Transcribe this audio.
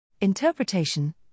Interpretation